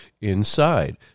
inside